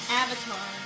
avatar